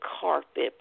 carpet